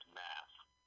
math